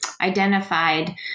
identified